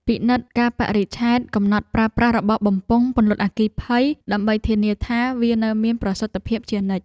ពិនិត្យកាលបរិច្ឆេទកំណត់ប្រើប្រាស់របស់បំពង់ពន្លត់អគ្គិភ័យដើម្បីធានាថាវានៅមានប្រសិទ្ធភាពជានិច្ច។